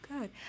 Good